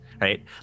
right